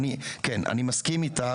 אני מסכים איתך.